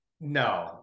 No